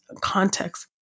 context